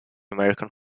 american